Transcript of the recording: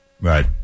Right